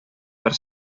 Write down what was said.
per